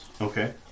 Okay